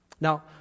Now